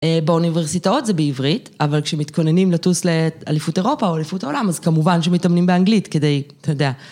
באוניברסיטאות זה בעברית, אבל כשמתכוננים לטוס לאליפות אירופה או אליפות העולם אז כמובן שמתאמנים באנגלית כדי, אתה יודע.